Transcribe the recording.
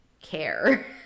care